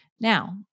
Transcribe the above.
now